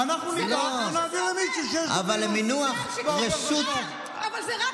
מה לעשות שההוא גר בביצת זהב, וההוא גר במקום אחר?